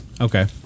Okay